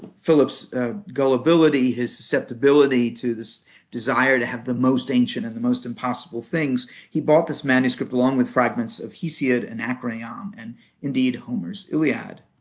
phillips's gullibility, his susceptibility to this desire to have the most ancient and the most impossible things. he bought this manuscript along with fragments of hesiod, and anacreon, um and and homer's iliad.